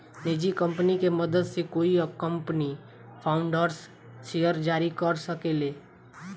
निजी पूंजी के मदद से कोई कंपनी फाउंडर्स शेयर जारी कर सके ले